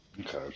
Okay